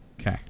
Okay